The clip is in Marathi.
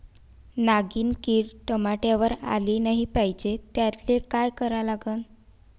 नागिन किड टमाट्यावर आली नाही पाहिजे त्याले काय करा लागन?